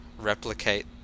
replicate